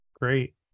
great